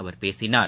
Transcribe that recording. அவர் பேசினார்